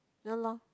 ya loh